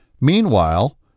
Meanwhile